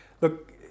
Look